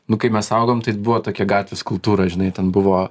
nu kai mes augom tai buvo tokia gatvės kultūra žinai ten buvo